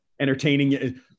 entertaining